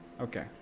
Okay